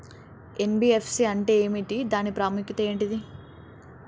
NBFC అంటే ఏమిటి దాని ప్రాముఖ్యత ఏంటిది?